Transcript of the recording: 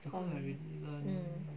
um mm